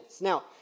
Now